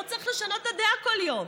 לא צריך לשנות את הדעה כל יום.